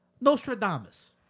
Nostradamus